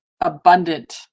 abundant